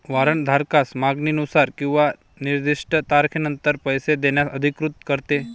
warrant धारकास मागणीनुसार किंवा निर्दिष्ट तारखेनंतर पैसे देण्यास अधिकृत करते